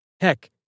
Heck